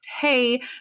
hey